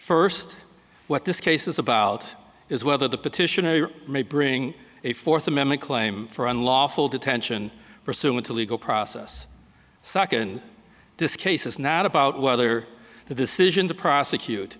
first what this case is about is whether the petitioner may bring a fourth amendment claim for unlawful detention pursuant to legal process second this case is not about whether the decision to prosecute